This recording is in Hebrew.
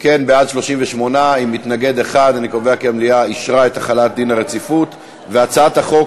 הממשלה על רצונה להחיל דין רציפות על הצעת חוק